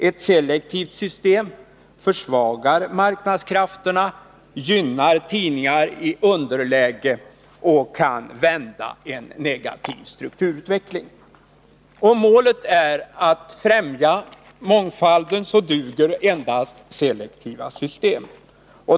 Ett selektivt system försvagar marknadskrafterna, gynnar tidningar i underläge och kan vända en negativ strukturutveckling. Om målet är att fftämja mångfalden, duger endast selektiva system.